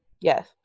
Yes